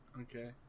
Okay